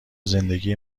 زندگی